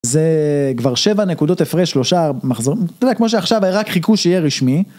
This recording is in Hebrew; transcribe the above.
זה כבר שבע נקודות הפרש, שלושה מחזורים. אתה יודע, כמו שעכשיו היה, רק חיכו שיהיה רשמי.